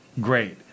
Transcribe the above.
great